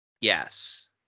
Yes